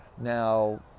Now